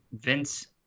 Vince